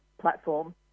platform